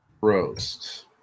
roast